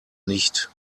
nicht